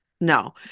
No